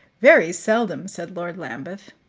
very seldom, said lord lambeth.